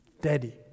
daddy